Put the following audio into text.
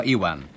Iwan